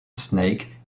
snake